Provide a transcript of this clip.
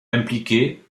impliqué